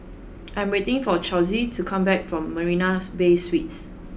I am waiting for Charlize to come back from Marina's Bay Suites